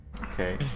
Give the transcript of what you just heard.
Okay